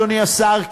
אדוני השר,